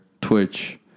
twitch